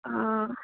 অঁ